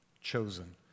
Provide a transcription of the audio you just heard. chosen